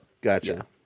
Gotcha